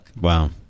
wow